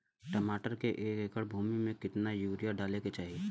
टमाटर के एक एकड़ भूमि मे कितना यूरिया डाले के चाही?